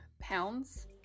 pounds